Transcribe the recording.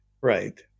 Right